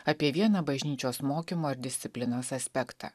apie vieną bažnyčios mokymo ir disciplinos aspektą